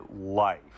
life